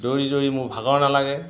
দৌৰি দৌৰি মোৰ ভাগৰ নালাগে